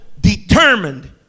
determined